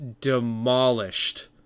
demolished